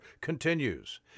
continues